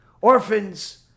orphans